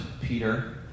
Peter